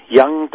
young